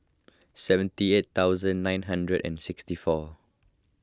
seventy eight thousand nine hundred and sixty four